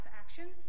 action